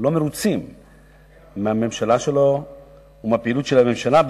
לא מרוצים מהממשלה שלו ומהפעילות של הממשלה,